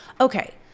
Okay